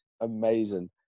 amazing